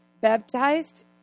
baptized